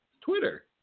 Twitter